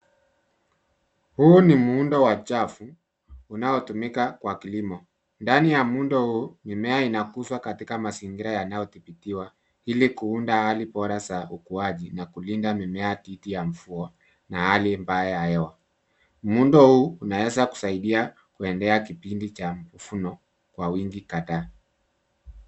Huu ni muundo wa chafu unaotumika kwa kilimo. Ndani ya muundo huu, mimea inakuzwa katika mazingira yanaodhibitiwa ili kuunda hali bora za ukuaji na kulinda mimea dhidi ya mvua na hali mbaya ya hewa. Muundo huu unaweza kusaidia kuendea kipindi cha mvuno kwa wingi kadhaa.